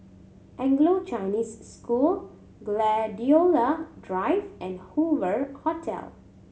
Anglo Chinese School Gladiola Drive and Hoover Hotel